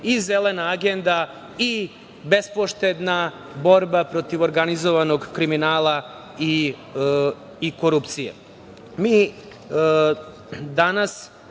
i Zelena agenda, i bespoštedna borba protiv organizovanog kriminala i korupcije.